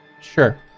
sure